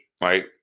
right